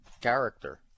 character